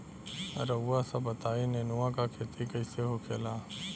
रउआ सभ बताई नेनुआ क खेती कईसे होखेला?